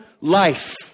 life